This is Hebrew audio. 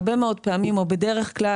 הרבה מאוד פעמים או בדרך כלל,